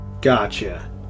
Gotcha